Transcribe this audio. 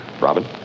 Robin